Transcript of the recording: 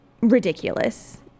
ridiculous